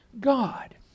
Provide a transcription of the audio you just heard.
God